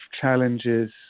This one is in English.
challenges